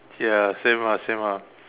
ya same ah same ah